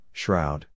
shroud